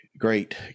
Great